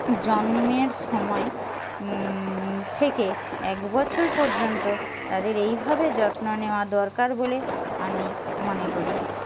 জন্মের সময় থেকে এক বছর পর্যন্ত তাদের এইভাবে যত্ন নেওয়া দরকার বলে আমি মনে করি